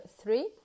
three